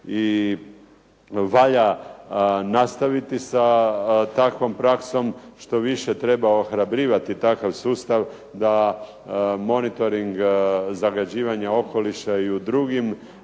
I valja nastaviti sa takvom praksom, što više treba ohrabrivati takav sustav da monitoring zagađivanja okoliša u drugim